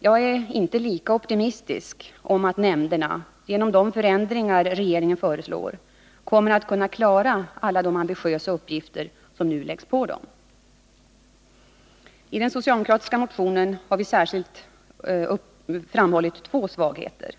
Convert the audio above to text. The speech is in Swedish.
Jag är inte lika optimistisk om att nämnderna genom de förändringar regeringen föreslår kommer att kunna klara alla de ambitiösa uppgifter som nu läggs på dem. I den socialdemokratiska motionen har vi särskilt framhållit två svagheter.